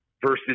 versus